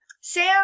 Sam